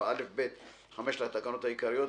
584א(ב)(5) לתקנות העיקריות,